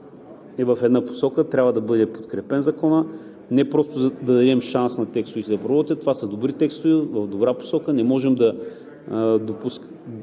е в една посока – трябва да бъде подкрепен Законът. Не просто да дадем шанс на текстовете да проработят, а това са добри текстове, в добра посока. Не можем да допуснем